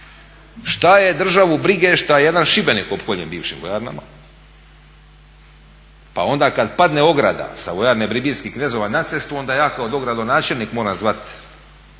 Što je državu brige šta jedan Šibenik opkoljen bivšim vojarnama pa onda kada padne ograda sa Vojarne Bribirskih knezova na cestu onda ja kao dogradonačelnik moram zvati